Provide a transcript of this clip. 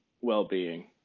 well-being